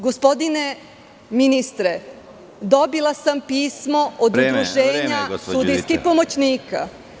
Gospodine ministre, dobila sam pismo od Udruženja sudijskih pomoćnika.